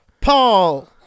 Paul